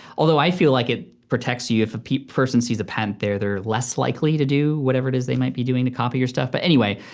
although i feel like it protects you. if a person sees a patent there they're less likely to do whatever it is they might be doing to copy your stuff. but anyway,